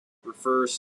refers